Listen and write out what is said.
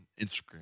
Instagram